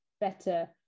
better